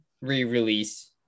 re-release